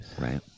Right